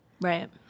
Right